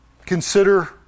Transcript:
Consider